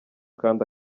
kandi